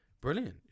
brilliant